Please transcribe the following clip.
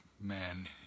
man